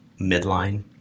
midline